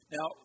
Now